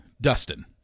Dustin